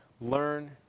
learn